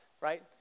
right